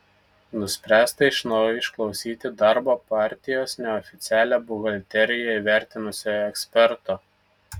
nuspręsta iš naujo išklausyti darbo partijos neoficialią buhalteriją įvertinusio eksperto